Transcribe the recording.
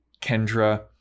Kendra